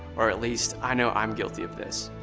or at least i know i'm guilty of this.